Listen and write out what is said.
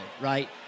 right